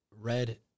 red